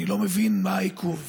אני לא מבין מה העיכוב.